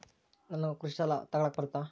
ನಾನು ಕೃಷಿ ಸಾಲ ತಗಳಕ ಬರುತ್ತಾ?